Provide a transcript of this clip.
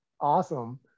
awesome